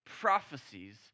prophecies